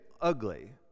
ugly